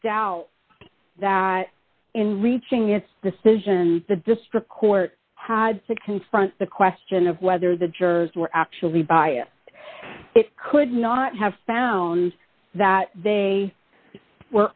doubt that in reaching its decision the district court had to confront the question of whether the jurors were actually biased could not have found that they were